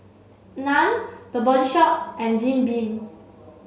Nan The Body Shop and Jim Beam